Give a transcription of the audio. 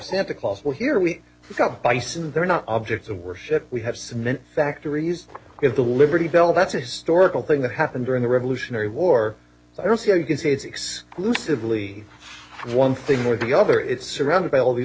santa claus well here we got bison and they're not objects of worship we have cement factories because the liberty bell that's a historical thing that happened during the revolutionary war so i don't see how you can say it's exclusively one thing with the other it's surrounded by all these